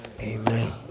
amen